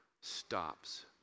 stops